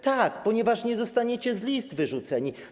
Tak, ponieważ nie zostaniecie z list wyrzuceni.